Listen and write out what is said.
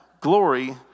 glory